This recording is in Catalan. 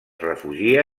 refugià